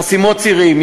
חסימת צירים,